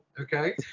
okay